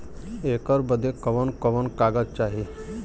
ऐकर बदे कवन कवन कागज चाही?